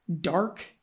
dark